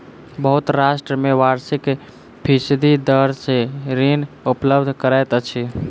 बहुत राष्ट्र में वार्षिक फीसदी दर सॅ ऋण उपलब्ध करैत अछि